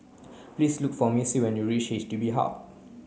please look for Missie when you reach H D B Hub